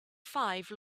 five